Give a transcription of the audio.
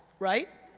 right?